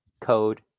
code